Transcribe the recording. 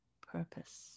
purpose